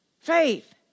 Faith